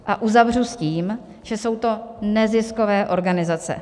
A uzavřu s tím, že jsou to neziskové organizace.